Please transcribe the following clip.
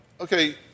Okay